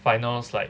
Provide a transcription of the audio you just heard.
final like